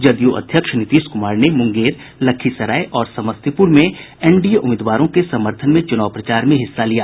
जदयू अध्यक्ष नीतीश कुमार ने मुंगेर लखीसराय और समस्तीपुर में एनडीए उम्मीदवारों के समर्थन में चुनाव प्रचार में हिस्सा लिया